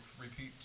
repeat